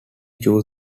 chose